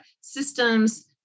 systems